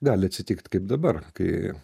gali atsitikt kaip dabar kai